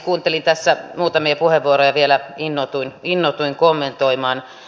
kuuntelin tässä muutamia puheenvuoroja ja vielä innostuin kommentoimaan